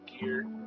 gear